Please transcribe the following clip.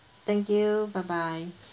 thank you bye bye